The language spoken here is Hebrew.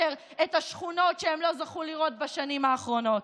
את השכונות שהם לא זכו לראות בשנים האחרונות.